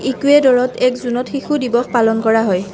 ইকুৱেডৰত এক জুনত শিশু দিৱস পালন কৰা হয়